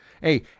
Hey